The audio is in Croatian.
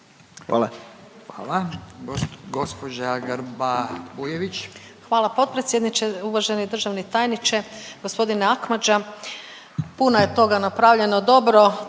**Grba-Bujević, Maja (HDZ)** Hvala potpredsjedniče. Uvaženi državni tajniče, gospodine Akmadža. Puno je toga napravljeno dobro,